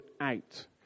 out